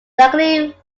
likely